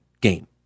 game